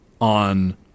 on